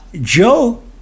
Joe